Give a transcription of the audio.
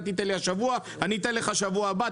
תיתן לי השבוע ואני אתן לך בשבוע הבא.